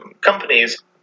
companies